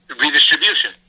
redistribution